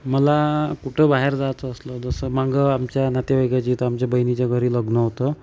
मला कुठं बाहेर जायचं असलं जसं मागं आमच्या नातेवाईकाच्या इथं आमच्या बहिणीच्या घरी लग्न होतं